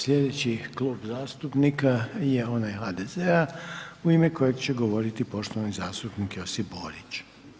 Sljedeći klub zastupnika je onaj HDZ-a u ime kojeg će govoriti poštovani zastupnik Josip Borić.